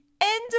end